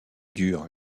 dure